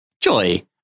Joy